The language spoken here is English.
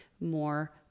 more